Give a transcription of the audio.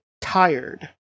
tired